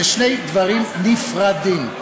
אלה שני דברים נפרדים.